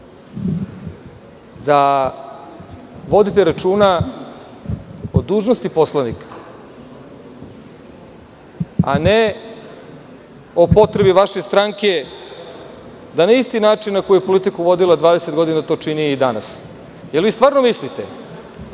da vodite računa o dužnosti poslanika, a ne o potrebi vaše stranke da na isti način na koji je politiku vodila 20 godina, da to čini i danas. Da li vi stvarno mislite